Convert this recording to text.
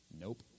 Nope